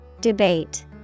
Debate